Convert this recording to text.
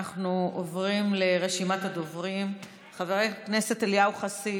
אנחנו עוברים לרשימת הדוברים: חבר הכנסת אליהו חסיד,